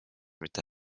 mitte